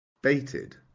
Baited